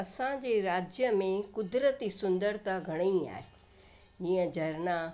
असांजे राज्य में कुदरती सुंदरता घणेई आहे ईअं झरना